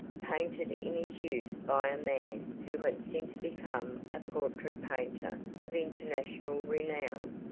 painted in his youth by a man who had since become a portrait-painter of international renown.